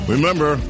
Remember